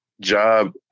job